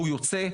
הוא יוצא.